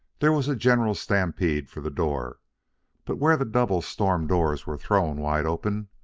there was a general stampede for the door but where the double storm-doors were thrown wide open,